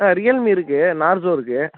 ஆ Realme இருக்குது Narzo இருக்குது